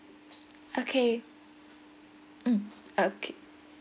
okay mm okay